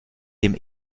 dem